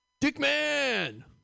Dickman